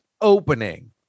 opening